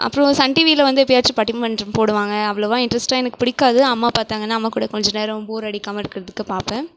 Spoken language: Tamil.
அப்றம் சன் டிவியில் வந்து எப்பயாச்சும் பட்டிமன்றம் போடுவாங்க அவ்வளோவா இன்ட்ரெஸ்ட்டாக எனக்கு பிடிக்காது அம்மா பார்த்தாங்கனா அம்மா கூட கொஞ்சம் நேரம் போர் அடிக்காமல் இருக்கிறதுக்கு பார்ப்பேன்